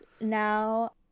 now